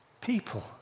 people